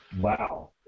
Wow